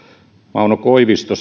mauno koivisto